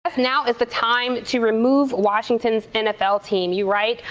now is the time to remove washington's nfl team. you write,